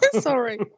sorry